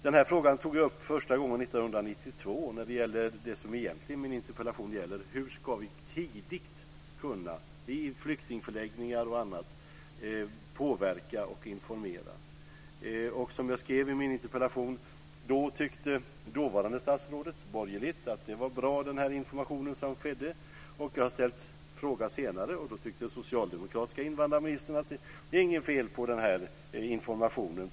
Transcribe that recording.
Jag tog upp den här frågan första gången 1992 när det gäller det som min interpellation egentligen handlar om, nämligen: Hur ska vi tidigt - i flyktingförläggningar o.d. - kunna påverka och informera? Som jag skrev i min interpellation tyckte dåvarande statsrådet - som var borgerligt - att det var bra med informationen. Jag har senare ställt frågan, och då tyckte den socialdemokratiska invandrarministern att det inte är något fel på informationen.